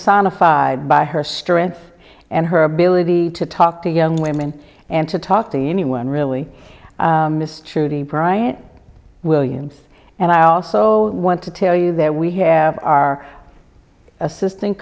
ified by her strength and her ability to talk to young women and to talk to anyone really miss trudy brian williams and i also want to tell you that we have our assistant